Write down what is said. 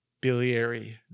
biliary